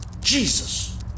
Jesus